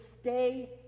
stay